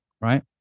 right